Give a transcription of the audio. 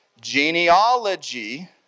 genealogy